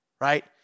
Right